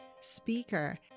speaker